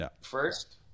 first